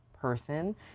person